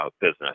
Business